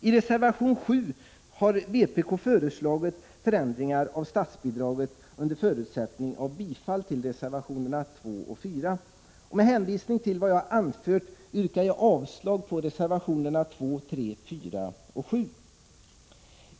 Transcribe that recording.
I reservation 7 har vpk föreslagit ändringar av statsbidraget under förutsättning av bifall till reservationerna 2 och 4. Med hänvisning till vad jag anfört yrkar jag avslag på reservationerna 2, 3, 4 och 7.